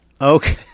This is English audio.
okay